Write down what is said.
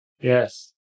Yes